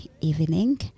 evening